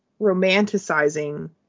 romanticizing